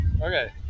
okay